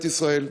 הזאת,